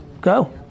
Go